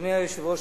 אדוני היושב-ראש,